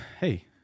Hey